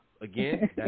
Again